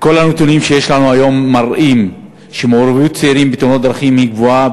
וכל הנתונים שיש לנו היום מראים שמעורבות צעירים בתאונות דרכים גבוהה